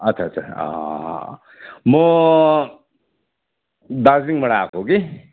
अच्छा अच्छा म दार्जिलिङबाट आएको कि